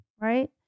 right